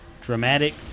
Dramatic